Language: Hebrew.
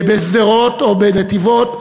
בשדרות או בנתיבות,